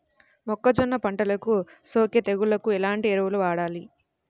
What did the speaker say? మొక్కజొన్న పంటలకు సోకే తెగుళ్లకు ఎలాంటి ఎరువులు వాడాలి?